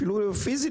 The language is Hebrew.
אפילו פיזית,